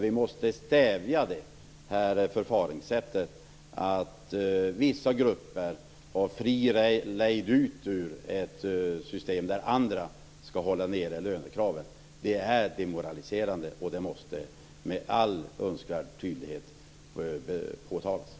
Vi måste stävja förfaringssättet att vissa grupper har fri lejd ut ur ett system där andra skall hålla nere lönekraven. Det är demoraliserande, och det måste med all önskvärd tydlighet påtalas.